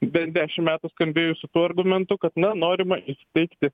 bent dešimt metų skambėjo su tuo argumentu kad na norima įsiteikti